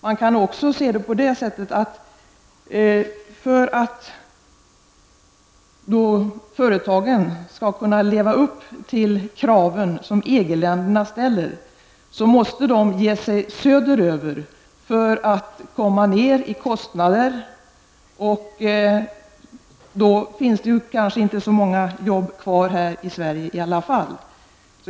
Man kan också se det så att företagen, för att kunna leva upp till de krav som EG-länderna ställer, måste ge sig söderöver för att bringa ned kostnaderna. Och då finns det kanske inte så många jobb kvar här i Sverige i alla fall.